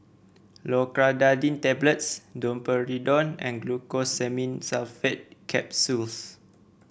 Loratadine Tablets Domperidone and Glucosamine Sulfate Capsules